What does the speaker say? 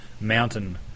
mountain